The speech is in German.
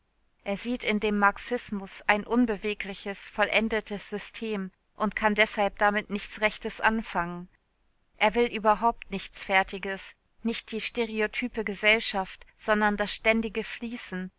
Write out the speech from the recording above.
er sieht in dem marxismus ein unbewegliches vollendetes system und kann deshalb damit nichts rechtes anfangen er will überhaupt nichts fertiges nicht die stereotype gesellschaft sondern das ständige fließen